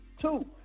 Two